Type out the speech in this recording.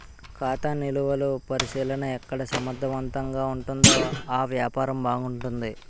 ఖాతా నిలువలు పరిశీలన ఎక్కడ సమర్థవంతంగా ఉంటుందో ఆ వ్యాపారం బాగుంటుంది